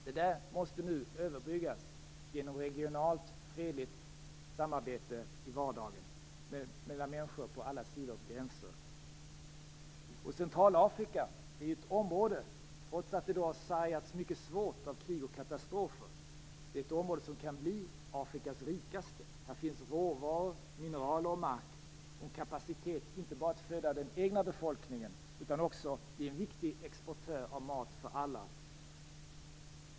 Detta måste nu överbryggas genom regionalt fredligt samarbete i vardagen mellan människor på alla sidor om gränserna. Centralafrika är ett område som har sargats mycket svårt av krig och katastrofer. Trots detta är det ett område som kan bli Afrikas rikaste. Här finns råvaror, mineraler och mark och en kapacitet att inte bara föda den egna befolkning utan att också bli en viktig exportör av mat för alla.